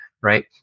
right